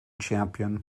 champion